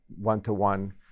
one-to-one